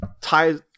ties